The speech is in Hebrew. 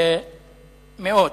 מאות,